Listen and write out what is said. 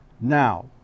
Now